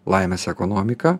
laimės ekonomiką